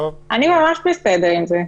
אני ממש בסדר עם זה.